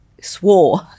swore